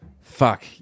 fuck